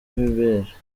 ibere